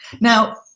Now